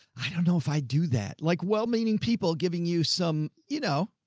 i don't know if i do that. like well-meaning people giving you some, you know,